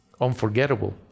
unforgettable